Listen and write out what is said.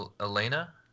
Elena